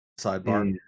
sidebar